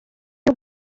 y’u